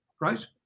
right